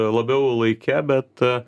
labiau laike bet